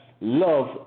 love